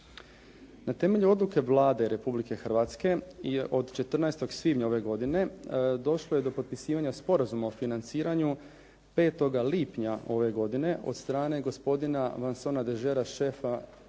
Na temelju odluke Vlade Republike Hrvatske je od 14. svibnja ove godine došlo je do potpisivanje Sporazuma o financiranju 5. lipnja ove godine od strane gospodina Vincenta Degerta šefa delegacije